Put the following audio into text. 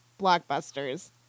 blockbusters